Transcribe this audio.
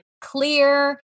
clear